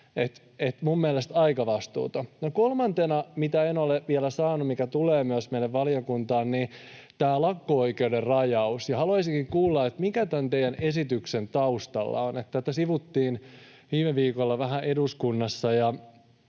Minun mielestäni se on aika vastuutonta. Kolmantena, mitä en ole vielä sanonut ja mikä tulee myös meille valiokuntaan, on tämä lakko-oikeuden rajaus. Haluaisinkin kuulla, mikä tämän teidän esityksenne taustalla on. Tätä sivuttiin viime viikolla vähän eduskunnassa,